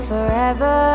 Forever